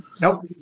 Nope